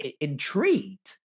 intrigued